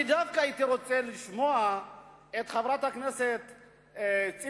אני דווקא הייתי רוצה לשמוע את חברת הכנסת ציפי,